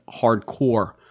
hardcore